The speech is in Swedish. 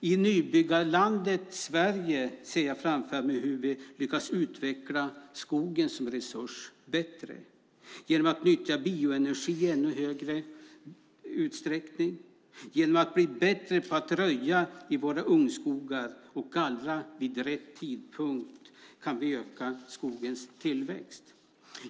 I nybyggarlandet Sverige ser jag framför mig hur vi lyckas utveckla skogen som resurs bättre. Vi måste nyttja bioenergi i ännu högre utsträckning, och genom att bli bättre på att röja i våra ungskogar och gallra vid rätt tidpunkt kan vi öka skogens tillväxt.